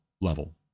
level